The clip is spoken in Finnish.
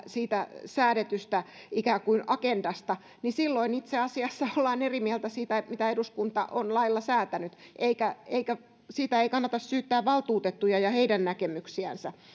siitä säädetystä ikään kuin agendasta niin silloin itse asiassa ollaan eri mieltä siitä mitä eduskunta on lailla säätänyt eikä siitä kannata syyttää valtuutettuja ja heidän näkemyksiänsä